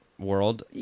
world